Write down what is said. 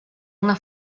una